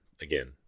again